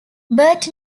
bert